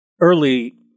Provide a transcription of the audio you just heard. early